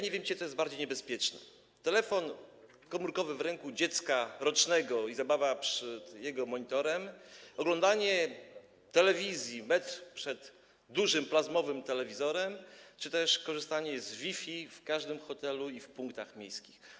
Nie wiem, co jest bardziej niebezpieczne, telefon komórkowy w ręku rocznego dziecka i zabawa przed jego monitorem, oglądanie telewizji metr przed dużym plazmowym telewizorem czy też korzystanie z Wi-Fi w każdym hotelu i punktach miejskich.